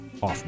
Off